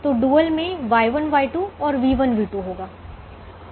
तो डुअल में Y1 Y2 और v1 v2 होगा